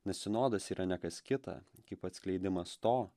nes sinodas yra ne kas kita kaip atskleidimas to